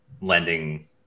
lending